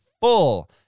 full